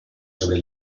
sobre